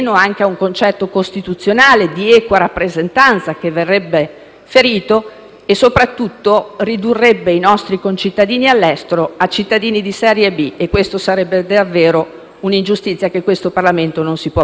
e soprattutto si ridurrebbero i nostri concittadini all'estero a cittadini di serie B e questa sarebbe veramente un'ingiustizia che questo Parlamento non si può permettere *(Applausi